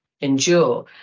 endure